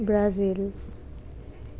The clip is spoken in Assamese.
ব্ৰাজিল